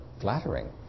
flattering